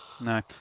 No